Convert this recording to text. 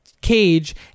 Cage